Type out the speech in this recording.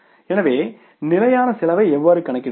எனவே நிலையான செலவை எவ்வாறு கணக்கிடுவது